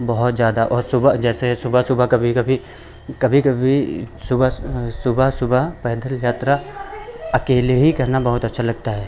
बहुत जादा और सुबह जैसे सुबह सुबह कभी कभी कभी कभी सुबह सुबह सुबह पैदल यात्रा अकेले ही करना बहुत अच्छा लगता है